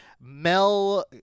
Mel –